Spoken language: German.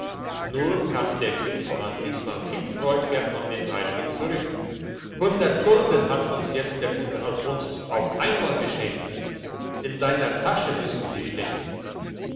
nur kam der kriegsmann diesmal viel freudiger von dem heiligen zurück hundert gulden hat uns jetzt der gute alfonsus auf einmal geschenkt in deiner tasche müssen sie stecken